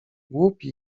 głupi